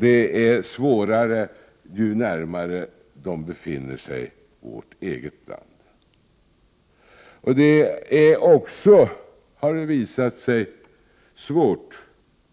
Det är svårare, ju närmare det befinner sig vårt eget land. Det är också svårt, har det visat sig,